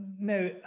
no